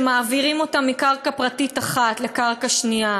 שמעבירים אותם מקרקע פרטית אחת לקרקע שנייה,